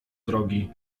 drogi